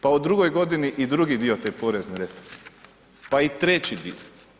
Pa u drugoj godini i drugi dio te porezne reforme, pa i treći dio.